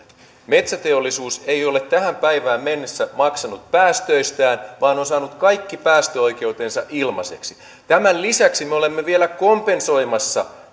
metsäteollisuus ei ole tähän päivään mennessä maksanut päästöistään vaan on saanut kaikki päästöoikeutensa ilmaiseksi tämän lisäksi me olemme vielä kompensoimassa